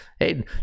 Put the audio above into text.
Hey